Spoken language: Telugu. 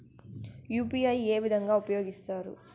యు.పి.ఐ ఏ విధంగా ఉపయోగిస్తారు?